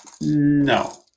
No